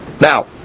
Now